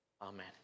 Amen